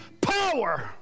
power